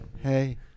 Hey